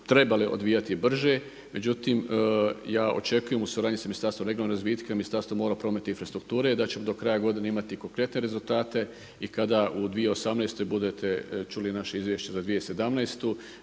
trebale odvijati brže, međutim ja očekujem u suradnji sa Ministarstvom regionalnog razvitka i Ministarstvom mora, prometa i infrastrukture da ćemo do kraja godine imati konkretne rezultate i kada u 2018. budete čuli naše izvješće za 2017.